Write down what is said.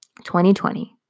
2020